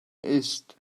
ist